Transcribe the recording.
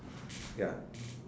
ya